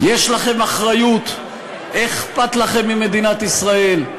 יש לכם אחריות, אכפת לכם ממדינת ישראל.